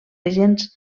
agents